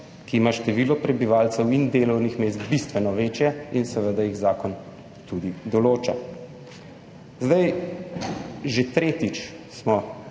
ki ima število prebivalcev in delovnih mest bistveno večje in seveda jih zakon tudi določa. Že tretjič smo